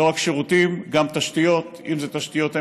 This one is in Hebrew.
לא רק שירותים, גם תשתיות, אם זה תשתיות MRI,